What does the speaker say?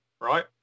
right